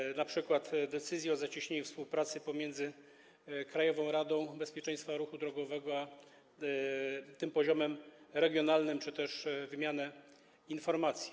Chodzi np. o decyzje o zacieśnieniu współpracy pomiędzy Krajową Radą Bezpieczeństwa Ruchu Drogowego a tym poziomem regionalnym czy też wymianę informacji.